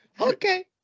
Okay